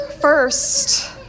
First